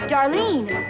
Darlene